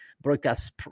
broadcast